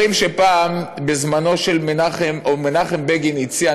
אומרים שפעם מנחם בגין הציע,